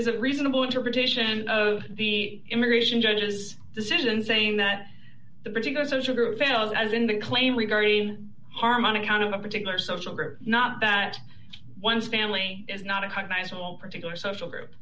is a reasonable interpretation of the immigration judges decisions saying that the particular social group fails as in the claim regarding harmonic out of a particular social group not that one family is not a cognizable particular social group